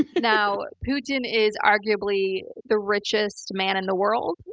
now, putin is arguably the richest man in the world.